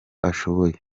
ashoboye